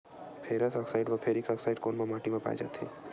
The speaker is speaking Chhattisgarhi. फेरस आकसाईड व फेरिक आकसाईड कोन सा माटी म पाय जाथे?